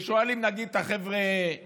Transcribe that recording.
ושואלים, נגיד, את החבר'ה ההם,